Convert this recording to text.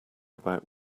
about